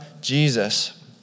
Jesus